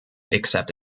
except